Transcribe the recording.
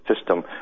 system